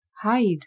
hide